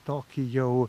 tokį jau